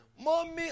mommy